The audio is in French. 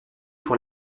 pour